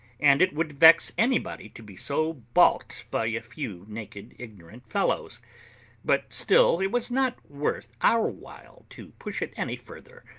and it would vex anybody to be so baulked by a few naked ignorant fellows but still it was not worth our while to push it any further,